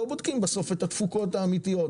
לא בודקים בסוף את התפוקות האמיתיות.